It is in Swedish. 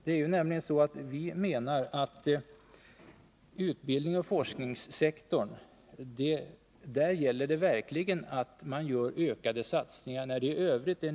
Vi menar nämligen att det verkligen gäller att göra ökade satsningar inom utbildningsoch forskningssektorn när det i övrigt är nedgångstider i ekonomin och i samhället.